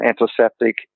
antiseptic